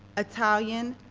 italian,